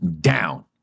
down